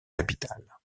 capitales